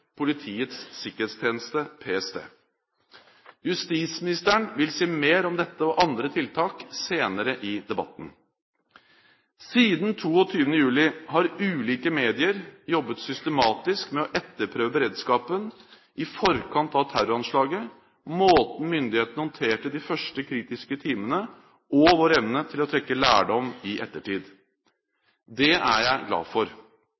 Politiets sikkerhetstjeneste, PST. Justisministeren vil si mer om dette og andre tiltak senere i debatten. Siden 22. juli har ulike medier jobbet systematisk med å etterprøve beredskapen i forkant av terroranslaget, måten myndighetene håndterte de første kritiske timene på, og vår evne til å trekke lærdom i ettertid. Det er jeg glad for.